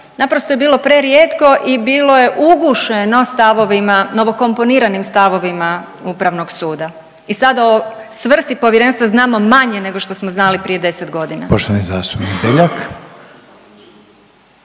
naprosto je bilo prerijetko i bilo je ugušeno stavovima, novokomponiranim stavovima upravnog suda i sada o svrsi povjerenstva znamo manje nego što smo znali prije 10.g.. **Reiner, Željko